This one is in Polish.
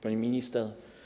Pani Minister!